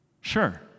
Sure